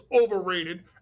overrated